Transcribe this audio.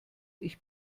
ich